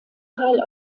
teil